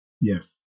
Yes